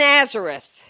Nazareth